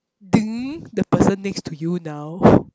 the person next to you now